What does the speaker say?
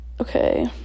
okay